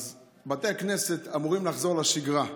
אז בתי הכנסת אמורים לחזור לשגרה.